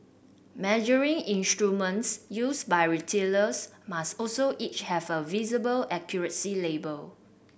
measuring instruments used by retailers must also each have a visible accuracy label